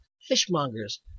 fishmongers